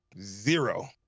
Zero